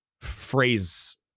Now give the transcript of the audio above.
phrase